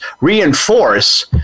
reinforce